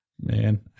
Man